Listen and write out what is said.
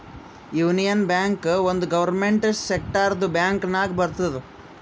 union bank ಒಂದ್ government ಸೆಕ್ಟರ್ದು bank ನಾಗ್ ಬರ್ತುದ್